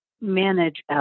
manage